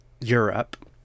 Europe